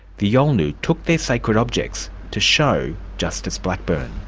the yolngu took their sacred objects to show justice blackburn.